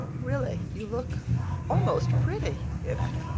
really, you look almost pretty in it.